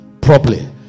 properly